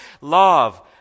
love